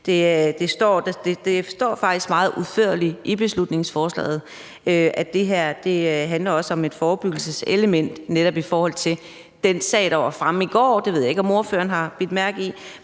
Det står faktisk meget udførligt i beslutningsforslaget, at det her også er et forebyggelseselement i forhold til den sag, der var fremme i går. Jeg ved ikke, om ordføreren har bidt mærke i